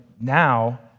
now